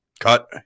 cut